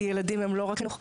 כי ילדים הם לא רק חינוך.